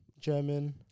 German